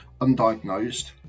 undiagnosed